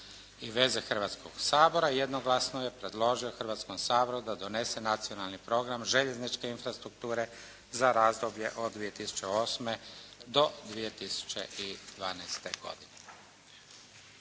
i veze Hrvatskog sabora jednoglasno je predložio Hrvatskom saboru da donese Nacionalni program željezničke infrastrukture za razdoblje od 2008. do 2012. godine.